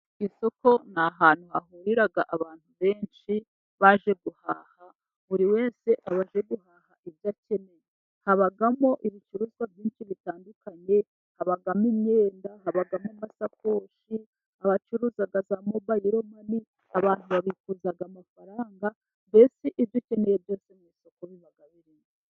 Ku isoko ni ahantu hahurira abantu benshi baje guhaha. Buri wese abaje guhaha ibyo akeneye, habamo ibicuruzwa byinshi bitandukanye habamo imyenda habamo amasakoshi abacuruza mobile money, ni abantu bifuza amafaranga mbese ibyo ukeneye byose mu isoko biba bihari.